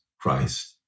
Christ